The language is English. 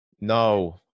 no